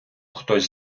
хтось